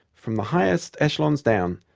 from the highest echelons down,